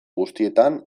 guztietan